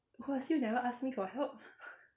who ask you never ask me for help